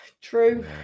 True